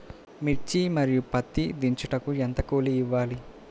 మిర్చి మరియు పత్తి దించుటకు ఎంత కూలి ఇవ్వాలి?